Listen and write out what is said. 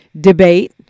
debate